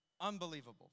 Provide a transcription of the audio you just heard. unbelievable